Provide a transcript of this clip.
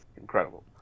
incredible